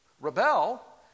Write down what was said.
rebel